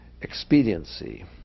expediency